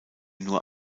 nur